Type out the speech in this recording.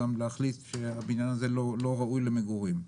גם להחליט שהבניין הזה לא ראוי למגורים.